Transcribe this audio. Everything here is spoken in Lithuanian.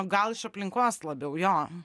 gal iš aplinkos labiau jo